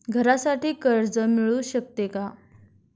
घरासाठी कर्ज मिळू शकते का?